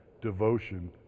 devotion